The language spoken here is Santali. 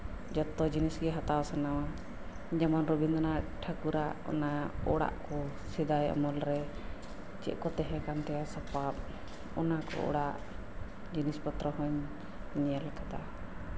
ᱡᱚᱛᱚ ᱡᱤᱱᱤᱥᱜᱮ ᱦᱟᱛᱟᱣ ᱥᱟᱱᱟᱣᱟ ᱡᱮᱢᱚᱱ ᱨᱚᱵᱤᱱᱫᱽᱨᱚᱱᱟᱛᱷ ᱴᱷᱟᱹᱠᱩᱨᱟᱜ ᱚᱲᱟᱠ ᱠᱚ ᱥᱮᱫᱟᱭ ᱟᱢᱚᱞᱨᱮ ᱪᱮᱫ ᱠᱚ ᱛᱟᱸᱦᱮ ᱠᱟᱱ ᱛᱟᱭᱟ ᱚᱱᱟ ᱠᱚ ᱥᱟᱯᱟᱵ ᱡᱤᱱᱤᱥ ᱯᱚᱛᱨᱚ ᱠᱚ ᱧᱮᱞ ᱠᱟᱫᱟ